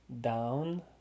down